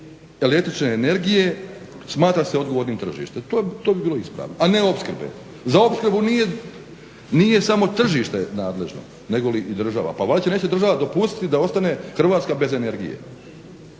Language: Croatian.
električne energije smatra se odgovornim tržište.", to bi bilo ispravno,a ne opskrbe. Za opskrbu nije samo tržište nadležno, nego li i država. Pa valjda si neće država dopustiti da ostane Hrvatska bez energije,